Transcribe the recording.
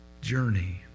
journey